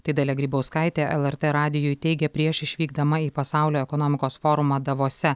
tai dalia grybauskaitė lrt radijui teigė prieš išvykdama į pasaulio ekonomikos forumą davose